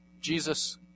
Jesus